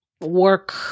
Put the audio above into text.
work